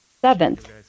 Seventh